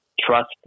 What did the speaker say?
trust